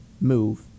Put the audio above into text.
move